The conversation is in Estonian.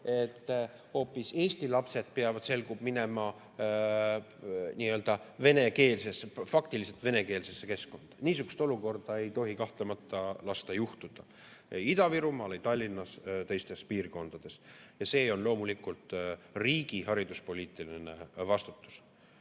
et hoopis eesti lapsed peavad minema faktiliselt venekeelsesse keskkonda. Niisugust olukorda ei tohi kahtlemata lasta juhtuda, ei Ida-Virumaal, Tallinnas ega teistes piirkondades. See on loomulikult riigi hariduspoliitiline vastutus.